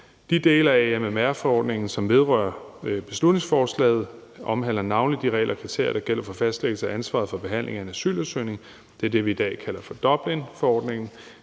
De dele af AMMR-forordningen, som vedrører beslutningsforslaget, omhandler navnlig de regler og kriterier, der gælder for fastlæggelse af ansvaret for behandlingen af en asylansøgning – det er det, vi i dag kalder for Dublinforordningen.